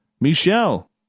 Michelle